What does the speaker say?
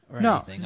No